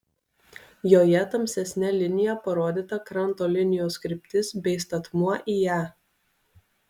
joje tamsesne linija parodyta kranto linijos kryptis bei statmuo į ją